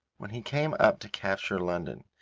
when he came up to capture london,